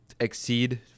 exceed